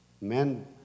men